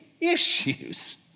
issues